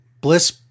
Bliss